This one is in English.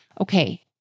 okay